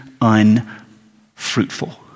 unfruitful